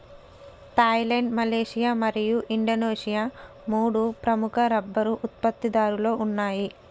Thailand, Malaysia మరియు Indonesia మూడు ప్రముఖ రబ్బరు ఉత్పత్తిదారులలో ఉన్నాయి